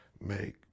Make